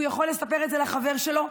הוא יכול לספר את זה לחבר שלו,